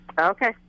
Okay